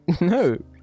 No